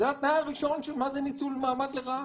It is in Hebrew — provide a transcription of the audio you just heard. זה התנאי הראשון של מה זה ניצול מעמד לרעה.